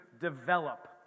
develop